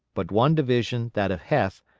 but one division, that of heth,